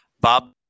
Bob